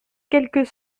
quelques